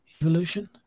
evolution